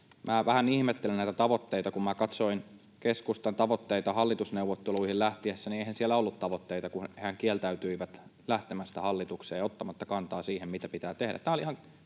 Minä vähän ihmettelen näitä tavoitteita. Kun minä katsoin keskustan tavoitteita hallitusneuvotteluihin lähtiessä, niin eihän siellä ollut tavoitteita, kun hehän kieltäytyivät lähtemästä hallitukseen ottamatta kantaa siihen, mitä pitää tehdä.